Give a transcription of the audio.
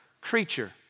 creature